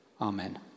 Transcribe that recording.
Amen